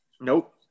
Nope